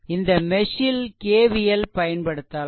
இந்த மெஷ்ல் KVL பயன்படுத்தலாம்